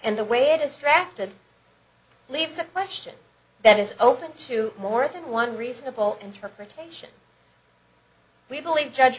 and the way distracted leaves a question that is open to more than one reasonable interpretation we believe judge